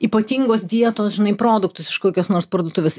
ypatingos dietos žinai produktus iš kokios nors parduotuvės